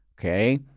okay